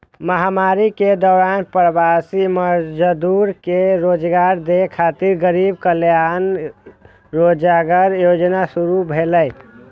महामारी के दौरान प्रवासी मजदूर कें रोजगार दै खातिर गरीब कल्याण रोजगार योजना शुरू भेलै